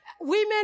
Women